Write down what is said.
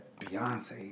Beyonce